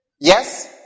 Yes